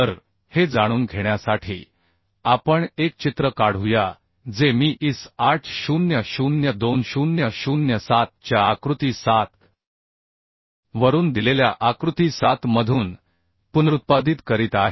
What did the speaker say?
तर हे जाणून घेण्यासाठी आपण एक चित्र काढूया जे मी IS 800 2007 च्या आकृती 7 वरून दिलेल्या आकृती 7 मधून पुनरुत्पादित करीत आहे